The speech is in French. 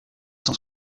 cent